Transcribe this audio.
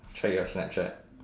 check your snapchat